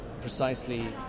precisely